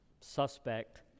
suspect